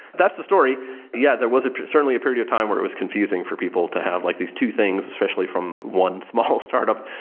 that's the story yeah, there was certainly a period of time where it was confusing for people to have like these two things, especially from one small startup.